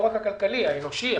לא רק הכלכלי אלא גם האנושי,